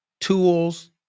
tools